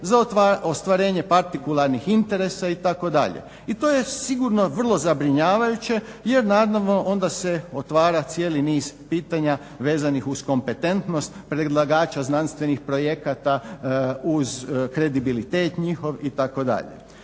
za ostvarenje partikularnih interesa itd. I to je sigurno vrlo zabrinjavajuće jer naravno onda se otvara cijeli niz pitanja vezanih uz kompetentnost predlagača znanstvenih projekata uz kredibilitet njihov itd.